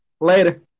Later